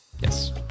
Yes